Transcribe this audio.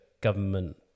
government